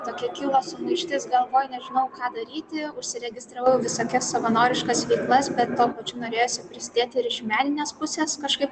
tokia kilo sumaištis galvoj nežinau ką daryti užsiregistravau į visokias savanoriškas veiklas bet tuo pačiu norėjosi prisidėti ir iš meninės pusės kažkaip